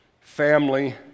family